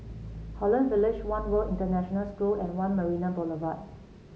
Holland Village One World International School and One Marina Boulevard